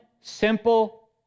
simple